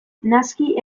naski